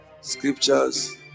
scriptures